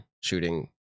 shooting